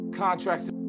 contracts